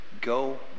go